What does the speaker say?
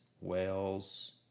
Wales